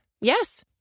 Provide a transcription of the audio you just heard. Yes